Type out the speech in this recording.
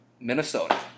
Minnesota